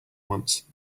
wants